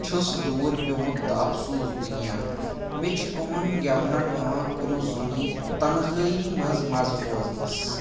چھُس دوٗر پیٛومُت تہٕ اَفسوٗس دُنیا مےٚ چھُ یِمَن گیٚونَن یِوان کُنُے زوٚن تنہٲیی منٛز مزٕ بوزنَس